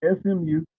SMU